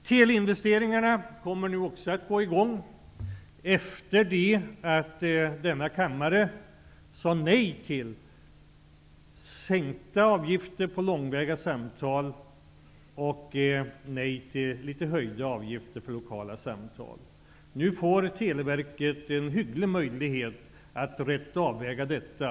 Teleinvesteringarna kommer nu också att gå i gång efter det att denna kammare sade nej till sänkta avgifter för långväga samtal och nej till litet höjda avgifter för lokala samtal. Nu får Televerket en hygglig möjlighet att rätt avväga detta.